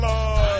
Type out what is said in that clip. Lord